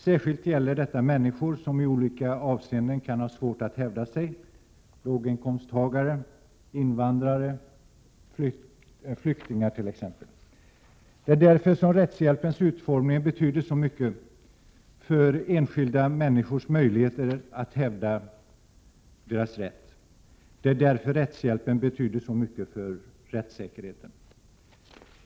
Särskilt gäller detta människor som i olika avseenden kan ha svårt att hävda sig: låginkomsttagare, invandrare och flyktingar t.ex. Det är därför som rättshjälpens utformning betyder så mycket för enskilda människors möjligheter att hävda sin rätt och så mycket för rättssäkerheten.